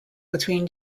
between